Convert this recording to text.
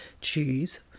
choose